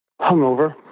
Hungover